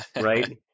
right